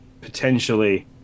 potentially